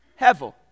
Hevel